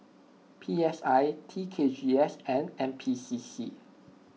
P S I T K G S and N P C C